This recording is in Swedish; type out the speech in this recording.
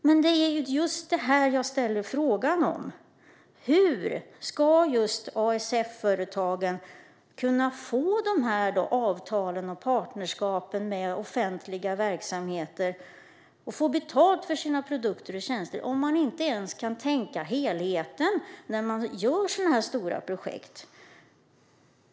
Men det är ju just det jag frågar om: Hur ska arbetsintegrerande företag kunna få dessa avtal och partnerskap med offentliga verksamheter och få betalt för sina produkter och tjänster om man inte ens kan tänka på helheten när man genomför sådana här stora projekt?